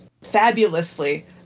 fabulously